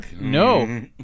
No